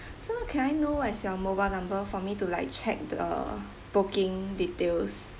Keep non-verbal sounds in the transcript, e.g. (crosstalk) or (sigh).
(breath) so can I know what is your mobile number for me to like check the booking details